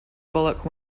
bullock